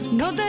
no